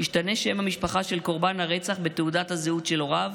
ישתנה שם המשפחה של קורבן הרצח בתעודת הזהות של הוריו,